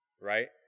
right